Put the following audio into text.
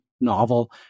novel